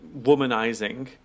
womanizing